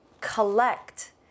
collect